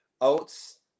oats